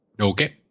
Okay